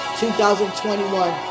2021